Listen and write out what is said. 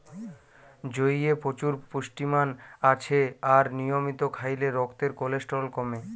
জইয়ে প্রচুর পুষ্টিমান আছে আর নিয়মিত খাইলে রক্তের কোলেস্টেরল কমে